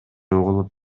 угулуп